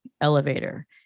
Elevator